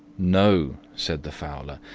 no, said the fowler,